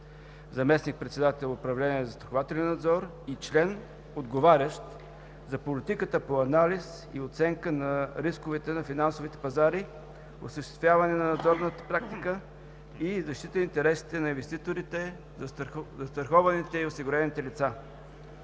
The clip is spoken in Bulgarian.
заместник-председател на управление „Застрахователен надзор“, и член, отговарящ за политиката по анализ и оценка на рисковете на финансовите пазари, осъществяване на надзорната практика и защита интересите на инвеститорите, застрахованите и осигурените лица.